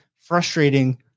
frustrating